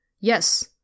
Yes